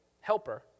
helper